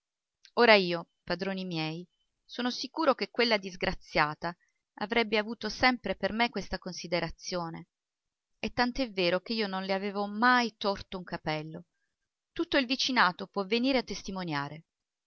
ora io padroni miei sono sicuro che quella disgraziata avrebbe avuto sempre per me questa considerazione e tant'è vero che io non le avevo mai torto un capello tutto il vicinato può venire a testimoniare